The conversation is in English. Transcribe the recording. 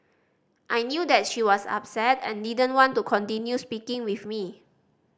I knew that she was upset and didn't want to continue speaking with me